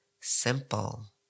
simple